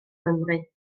gymru